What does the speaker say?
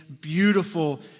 beautiful